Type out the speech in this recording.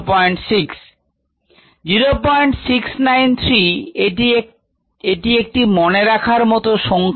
0693 এটি একটি মনে রাখার মত সংখ্যা